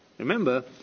Remember